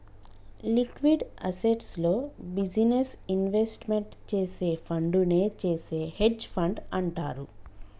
liquid అసెట్స్లో business investment చేసే ఫండునే చేసే హెడ్జ్ ఫండ్ అంటారు